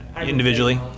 individually